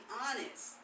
honest